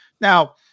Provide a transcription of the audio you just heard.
Now